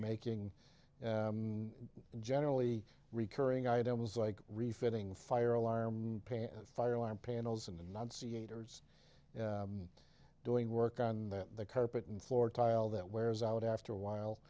making generally recurring items like refitting fire alarm fire alarm panels and enunciators doing work on the carpet and floor tile that wears out after a while